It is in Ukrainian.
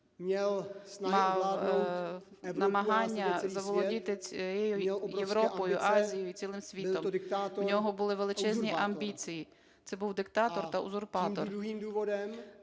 мав намагання заволодіти всією Європою, Азією і цілим світом, в нього були величезні амбіції, це був диктатор та узурпатор.